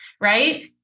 right